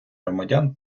громадян